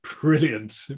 brilliant